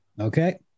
okay